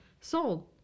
Sold